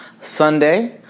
Sunday